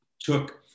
took